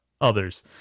others